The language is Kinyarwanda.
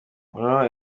hon